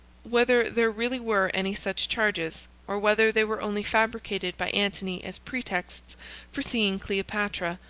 whether there really were any such charges, or whether they were only fabricated by antony as pretexts for seeing cleopatra,